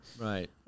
Right